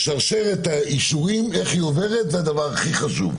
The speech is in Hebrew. ששרשרת האישורים עוברת זה הדבר הכי חשוב,